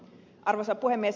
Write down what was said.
arvoisa puhemies